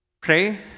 pray